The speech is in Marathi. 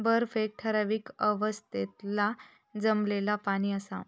बर्फ एक ठरावीक अवस्थेतला जमलेला पाणि असा